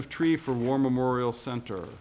of tree for war memorial center